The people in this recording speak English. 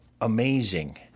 amazing